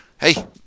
hey